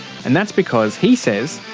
and that's because, he says,